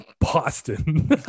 Boston